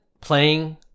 playing